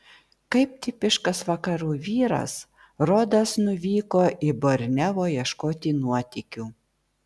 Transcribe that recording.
kaip tipiškas vakarų vyras rodas nuvyko į borneo ieškoti nuotykių